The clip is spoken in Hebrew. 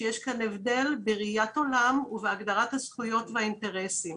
שיש כאן הבדל בראיית עולם ובהגדרת הזכויות והאינטרסים.